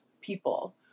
people